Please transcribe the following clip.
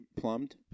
plumbed